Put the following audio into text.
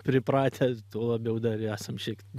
pripratęs tuo labiau dar esam šiek